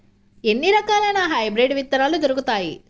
ఎన్ని రకాలయిన హైబ్రిడ్ విత్తనాలు దొరుకుతాయి?